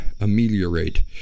ameliorate